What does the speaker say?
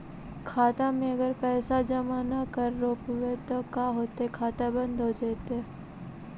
खाता मे अगर पैसा जमा न कर रोपबै त का होतै खाता बन्द हो जैतै?